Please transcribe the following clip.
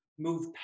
move